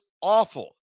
awful